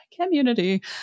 Community